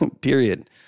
period